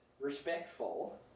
respectful